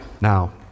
Now